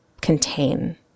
contain